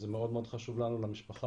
זה מאוד חשוב לנו למשפחה.